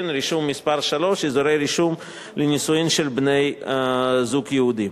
(רישום) (מס' 3) (אזורי רישום לנישואין של בני-זוג יהודים).